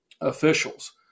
officials